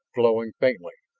glowing faintly,